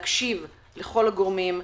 להקשיב לכל הגורמים,